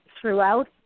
throughout